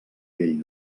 vell